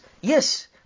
Yes